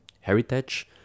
heritage